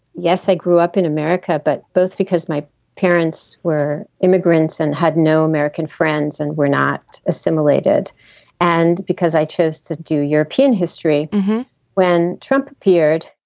yes, i grew up in america. but both because my parents were immigrants and had no american friends and were not assimilated and because i chose to do european history when trump appeared,